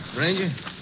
Ranger